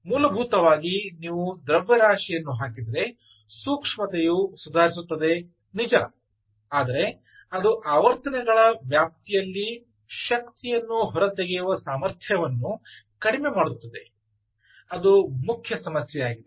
ಮೂಲಭೂತವಾಗಿ ನೀವು ದ್ರವ್ಯರಾಶಿಯನ್ನು ಹಾಕಿದರೆ ಸೂಕ್ಷ್ಮತೆಯು ಸುಧಾರಿಸುತ್ತದೆ ನಿಜ ಆದರೆ ಅದು ಆವರ್ತನಗಳ ವ್ಯಾಪ್ತಿಯಲ್ಲಿ ಶಕ್ತಿಯನ್ನು ಹೊರತೆಗೆಯುವ ಸಾಮರ್ಥ್ಯವನ್ನು ಕಡಿಮೆ ಮಾಡುತ್ತದೆ ಅದು ಮುಖ್ಯ ಸಮಸ್ಯೆ ಆಗಿದೆ